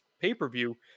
pay-per-view